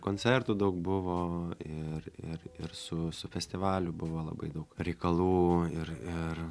koncertų daug buvo ir ir ir su su festivaliu buvo labai daug reikalų ir ir